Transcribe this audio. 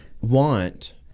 want